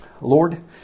Lord